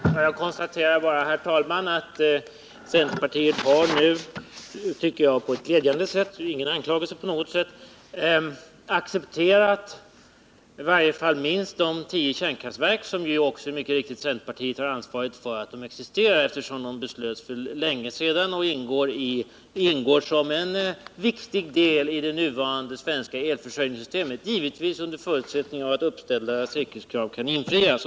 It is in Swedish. Herr talman! Jag konstaterar bara att centerpartiet nu på ett glädjande sätt — det är på intet vis en anklagelse — har accepterat i varje fall de tio kärnkraftverk vars existens också centerpartiet har ansvar för, eftersom beslut om dessa fattades för länge sedan. De ingår som en viktig del i det nuvarande svenska elförsörjningssystemet, givetvis under förutsättning att uppställda säkerhetskrav kan infrias.